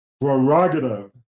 Prerogative